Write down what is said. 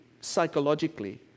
psychologically